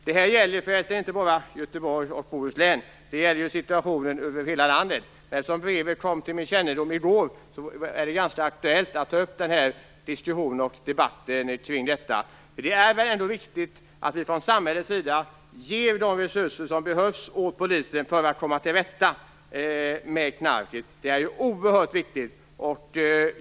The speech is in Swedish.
Det gäller för övrigt inte bara Göteborgs och Bohus län, utan det gäller situationen i hela landet. Eftersom brevet kom till min kännedom i går är det aktuellt att ta upp en diskussion och debatt kring dessa saker. Det är oerhört viktigt att samhället ger polisen de resurser som behövs för att man skall kunna komma till rätta med knarket.